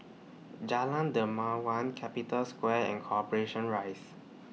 Jalan Dermawan Capital Square and Corporation Rise